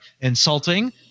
insulting